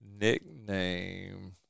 nickname